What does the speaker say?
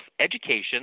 Education